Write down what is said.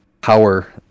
power